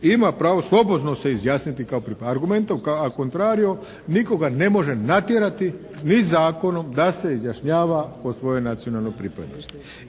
ima pravo slobodno se izjasniti kao argumentom a contrario nitko ga ne može natjerati ni zakonom da se izjašnjava o svojoj nacionalnoj pripadnosti.